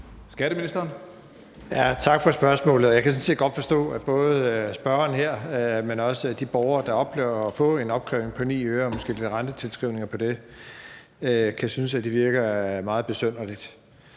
Skatteministeren (Jeppe Bruus): Tak for spørgsmålet. Jeg kan sådan set godt forstå, at både spørgeren her, men også de borgere, der oplever at få en opkrævning på 9 øre og måske lidt rentetilskrivninger på det, kan synes, at det virker meget besynderligt.